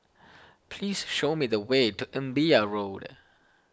please show me the way to Imbiah Road